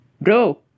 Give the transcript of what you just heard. bro